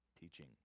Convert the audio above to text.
teaching